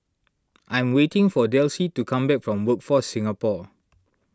I'm waiting for Delcie to come back from Workforce Singapore